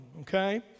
okay